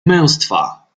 męstwa